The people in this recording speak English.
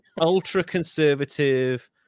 ultra-conservative